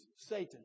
Satan